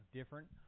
different